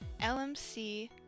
LMC